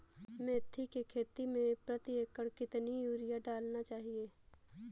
मेथी के खेती में प्रति एकड़ कितनी यूरिया डालना चाहिए?